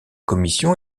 commission